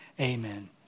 amen